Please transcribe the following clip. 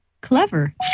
Clever